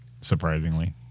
Surprisingly